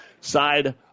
side